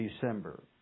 December